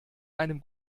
einem